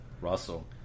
Russell